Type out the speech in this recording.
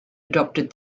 adopted